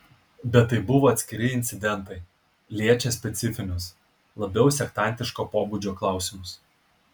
bet tai buvo atskiri incidentai liečią specifinius labiau sektantiško pobūdžio klausimus